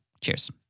Cheers